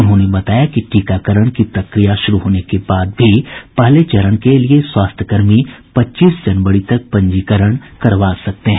उन्होंने बताया कि टीकाकरण की प्रक्रिया शुरू होने के बाद भी पहले चरण के स्वास्थकर्मी पच्चीस जनवरी तक पंजीकरण करवा सकते हैं